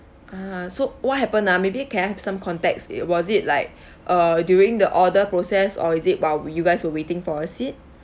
ah so what happened ah maybe can I have some context was it like uh during the order process or is it while you guys were waiting for a seat